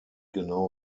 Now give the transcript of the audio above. genau